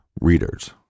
readers